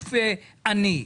גוף עני.